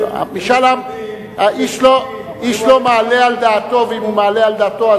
איש לא מעלה על דעתו,